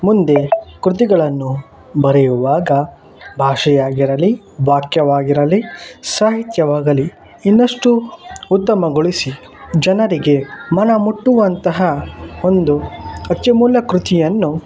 ಮುಂದೆ ಕೃತಿಗಳನ್ನು ಬರೆಯುವಾಗ ಭಾಷೆಯಾಗಿರಲಿ ವಾಕ್ಯವಾಗಿರಲಿ ಸಾಹಿತ್ಯವಾಗಲಿ ಇನ್ನಷ್ಟು ಉತ್ತಮಗೊಳಿಸಿ ಜನರಿಗೆ ಮನಮುಟ್ಟುವಂತಹ ಒಂದು ಅತ್ಯಮೂಲ್ಯ ಕೃತಿಯನ್ನು